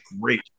great